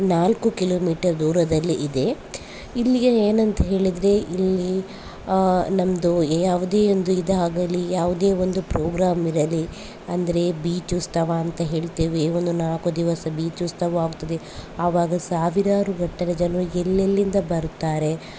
ನಾಲ್ಕು ಕಿಲೋಮೀಟರ್ ದೂರದಲ್ಲಿ ಇದೆ ಇಲ್ಲಿಗೆ ಏನಂತ ಹೇಳಿದರೆ ಇಲ್ಲಿ ನಮ್ಮದು ಎ ಯಾವುದೇ ಒಂದು ಇದಾಗಲಿ ಯಾವುದೇ ಒಂದು ಪ್ರೋಗ್ರಾಮ್ ಇರಲಿ ಅಂದರೆ ಬೀಚ್ ಉತ್ಸವ ಅಂತ ಹೇಳ್ತೇವೆ ಒಂದು ನಾಲ್ಕು ದಿವಸ ಬೀಚ್ ಉತ್ಸವ ಆಗ್ತದೆ ಆವಾಗ ಸಾವಿರಾರುಗಟ್ಟಲೆ ಜನರು ಎಲ್ಲೆಲ್ಲಿಂದ ಬರುತ್ತಾರೆ